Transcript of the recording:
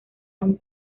aún